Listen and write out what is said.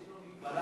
יש לו מגבלה,